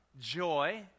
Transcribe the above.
joy